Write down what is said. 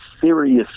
serious